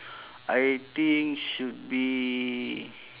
I think should be